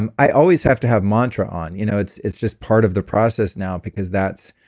and i always have to have mantra on. you know it's it's just part of the process now because that's.